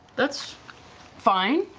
that's fine.